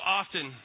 often